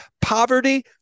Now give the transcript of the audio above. Poverty